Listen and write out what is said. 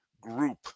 group